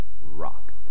rock